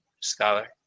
scholar